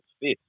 fifth